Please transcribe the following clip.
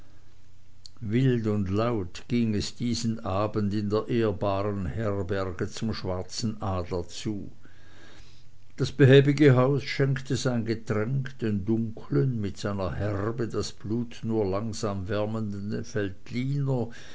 wild und laut ging es diesen abend in der ehrbaren herberge zum schwarzen adler zu das behäbige haus schenkte sein getränk den dunkeln mit seiner herbe das blut nur langsam wärmenden veltliner